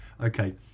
Okay